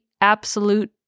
absolute